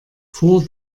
vor